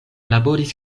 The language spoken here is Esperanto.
laboris